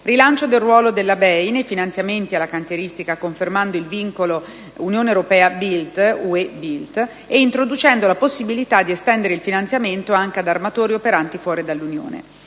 rilancio del ruolo della BEI nei finanziamenti alla cantieristica, confermando il vincolo "UE *built*" e introducendo la possibilità di estendere il finanziamento anche ad armatori operanti fuori dall'Unione;